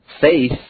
Faith